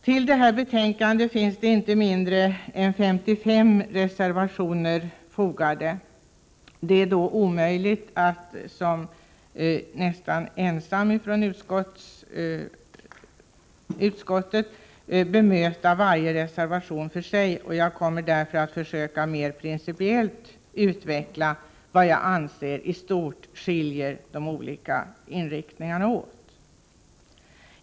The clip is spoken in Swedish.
Till detta betänkande finns det inte mindre än 55 reservationer fogade. Det är därför omöjligt för mig att som nästan enda representant för utskottets majoritet bemöta varje reservation. Jag kommer därför att försöka att mer principiellt utveckla vad jag anser i stort skiljer de olika inriktningarna åt.